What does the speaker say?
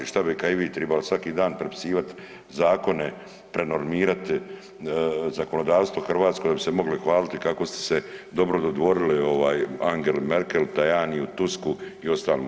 Što bi kao i vi trebali svaki dan prepisivati zakone, prenormirati zakonodavstvo hrvatsko da bi se mogli hvaliti kako ste se dobro dodvorili Angeli Merkel, Tajaniju, Tusku i ostalima.